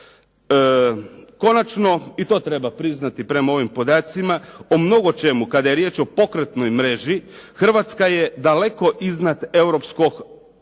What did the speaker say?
Konačno i to treba priznati prema ovim podacima o mnogo čemu kada je riječ o pokretnoj mreži, Hrvatska je daleko iznad europskog prosjeka.